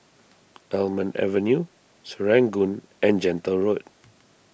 Almond Avenue Serangoon and Gentle Road